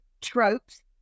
tropes